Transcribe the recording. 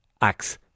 Axe